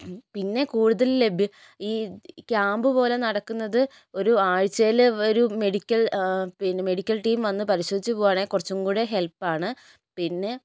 പിന്നെ കൂടുതൽ ലഭ്യ ഈ ക്യാമ്പ് പോലെ നടക്കുന്നത് ഒരു ആഴ്ച്ചയില് ഒരു മെഡിക്കൽ പിന്നെ മെഡിക്കൽ ടീം വന്ന് പരിശോധിച്ച് പോകുവാണെങ്കിൽ കുറച്ചും കൂടെ ഹെൽപ്പാണ് പിന്നെ